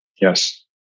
Yes